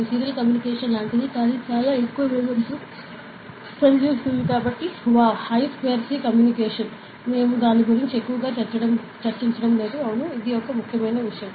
ఇది serial communication లాంటిది కానీ చాలా ఎక్కువ వేగంతో పనిచేస్తుంది కాబట్టి ఇది I స్క్వేర్ సి కమ్యూనికేషన్ మేము దాని గురించి ఎక్కువగా చర్చిండం లేదు అవును ఇది ఒక ముఖ్యమైన విషయం